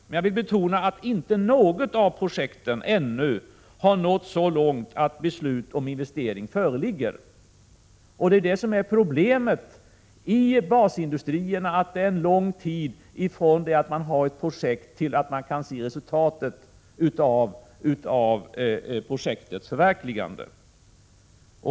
Men jag vill betona att inte något av projekten ännu har nått så långt att beslut om investering föreligger. Det är detta som är problemet i basindustrierna — att det går lång tid från det att man har ett projekt till dess man kan se resultatet av projektets förverkligande.